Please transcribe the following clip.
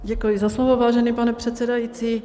Děkuji za slovo, vážený pane předsedající.